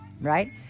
right